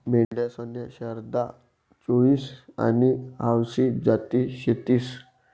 मेंढ्यासन्या शारदा, चोईस आनी आवसी जाती शेतीस